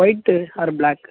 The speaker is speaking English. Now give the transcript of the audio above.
white or black